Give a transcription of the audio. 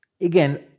again